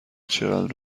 چقدر